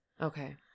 Okay